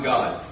God